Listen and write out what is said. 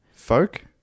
folk